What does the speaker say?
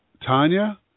Tanya